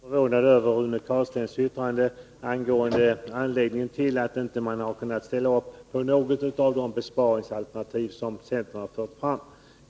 Fru talman! Jag är något förvånad över Rune Carlsteins yttrande angående anledningen till att man inte har kunnat ställa upp på något av de besparingsalternativ som centern har fört fram.